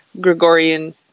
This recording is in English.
Gregorian